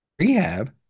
rehab